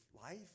life